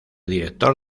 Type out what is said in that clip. director